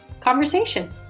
conversation